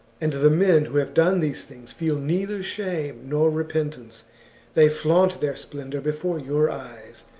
and the men who have done these things feel neither shame nor repentance they flaunt their splendour before your eyes,